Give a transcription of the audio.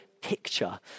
picture